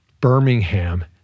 Birmingham